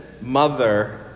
mother